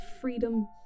freedom